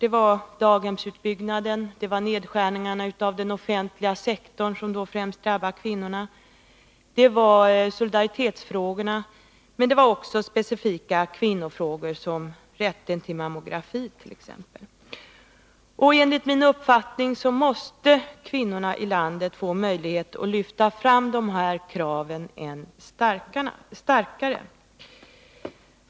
Det var daghemsutbyggnaden, det gällde nedskärningarna av den offentliga sektorn som främst drabbar kvinnorna, det var solidaritetsfrågorna, men det var också specifika kvinnofrågor, såsom rätten till mammografi. Enligt min uppfattning måste kvinnorna i landet få möjlighet att lyfta fram de här kraven än starkare.